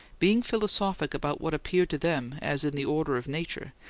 being philosophic about what appeared to them as in the order of nature,